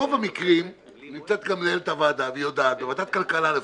ברוב המקרים נמצא כאן מנהלת הוועדה והיא יודעת בוועדת הכלכלה לפחות,